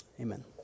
Amen